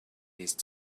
these